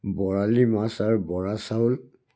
বৰালি মাছ আৰু বৰা চাউল